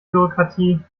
bürokratie